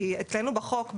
אצלנו בחוק,